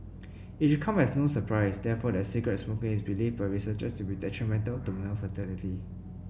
it should come as no surprise therefore that cigarette smoking is believed by researchers to be detrimental to male fertility